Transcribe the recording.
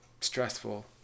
stressful